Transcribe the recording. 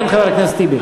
כן, חבר הכנסת טיבי.